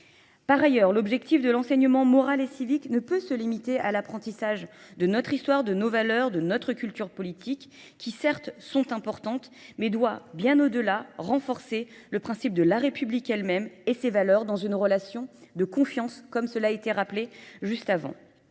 Par ailleurs, l'objectif de l'enseignement moral et civique ne peut se limiter à l'apprentissage de notre histoire, de nos valeurs, de notre culture politique, qui certes sont importantes, mais doit bien au-delà renforcer le principe de la République elle-même et ses valeurs dans une relation de confiance, comme cela a été rappelé juste avant.